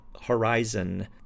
horizon